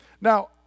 Now